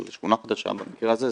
של שכונה חדשה במקרה הזה,